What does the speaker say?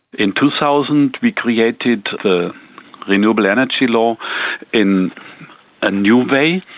in two thousand, we created the renewable energy law in a new way.